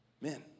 men